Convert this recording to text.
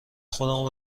خودمو